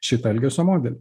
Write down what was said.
šito elgesio modelį